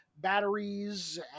batteries